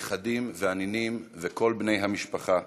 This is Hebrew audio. הנכדים והנינים וכל בני המשפחה,